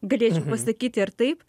galėčiau pasakyti ir taip